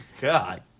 God